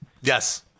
Yes